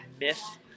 myth